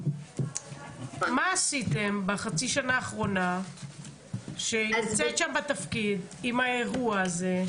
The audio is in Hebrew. מה עשיתם בחצי שנה האחרונה שהיא נמצאת שם בתפקיד עם האירוע הזה?